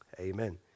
Amen